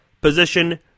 position